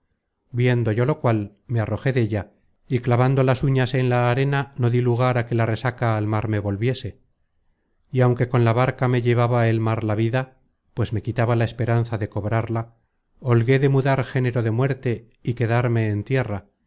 viendo yo lo cual me arrojé della y clavando las uñas en la arena no dí lugar á que la resaca al mar me volviese y aunque con la barca me llevaba el mar la vida pues me quitaba la esperanza de cobrarla holgué de mudar género de muerte y quedarme en tierra